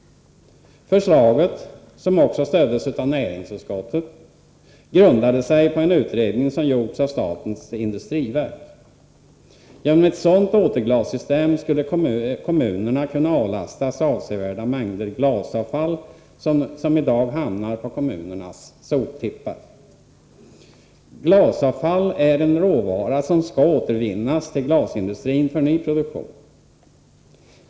Förslaget, som också stöddes av näringsutskottet, grundade sig på en utredning som gjorts av statens industriverk. Genom ett sådant återglassystem skulle kommunerna kunna avlastas avsevärda mängder glasavfall, som i dag hamnar på kommunernas soptippar. Glasavfall är en råvara, som skall återföras till glasindustrin för ny produktion.